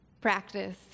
practice